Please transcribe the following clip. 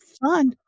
fun